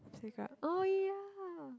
oh ya